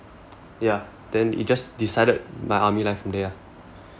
ya then it just decided my army life there lah